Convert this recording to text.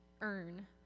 earn